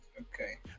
Okay